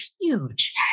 huge